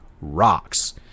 rocks